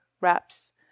wraps